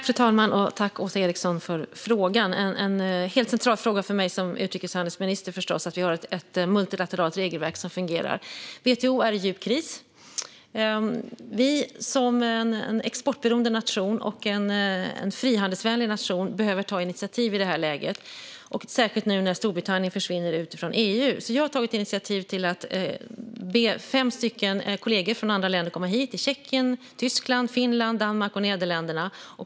Fru talman! Tack, Åsa Eriksson, för frågan! Det är förstås en helt central fråga för mig som utrikeshandelsminister att vi har ett multilateralt regelverk som fungerar. WTO är i djup kris. Sverige som en exportberoende och frihandelsvänlig nation behöver ta initiativ i det här läget. Det gäller särskilt nu när Storbritannien försvinner ut från EU. Jag har tagit initiativ till att be fem kollegor från andra länder att komma hit. Det ät Tjeckien, Tyskland, Finland, Danmark och Nederländerna.